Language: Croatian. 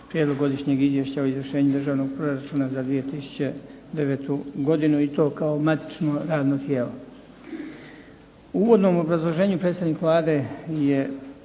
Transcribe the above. prijedlog Godišnjeg izvješća o izvršenju državnog proračuna za 2009. godinu i to kao matično radno tijelo. U uvodnom obrazloženju predstavnik Vlade je